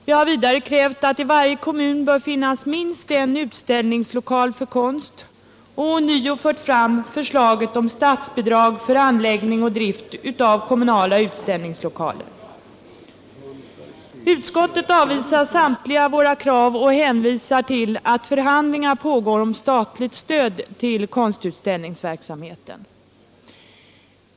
Vi har vidare krävt att det i varje kommun skall finnas minst en utställningslokal för konst, och vi har ånyo fört fram förslaget om statsbidrag för anläggning och drift av kommunala utställningslokaler. Utskottet avvisar samtliga våra krav och hänvisar till att förhandlingar pågår om statligt stöd till konstutställningsverksamheten.